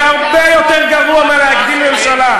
זה הרבה יותר גרוע מלהגדיל ממשלה.